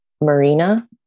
Marina